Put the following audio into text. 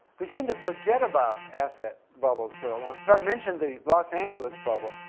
we seem to forget about asset bubbles for a long. so i mentioned the los angeles bubble.